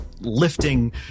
lifting